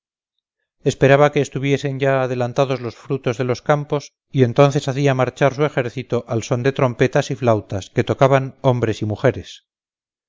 esperaba que estuviesen ya adelantados los frutos en los campos y entonces hacía marchar su ejército al son de trompetas y flautas que tocaban hombres y mujeres